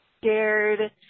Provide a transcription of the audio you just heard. scared